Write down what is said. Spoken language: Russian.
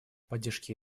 поддержке